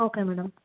okay madam